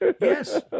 Yes